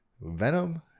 Venom